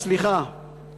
אז סליחה,